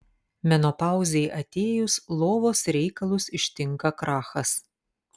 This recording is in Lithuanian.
menopauzei atėjus lovos reikalus ištinka krachas